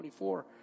24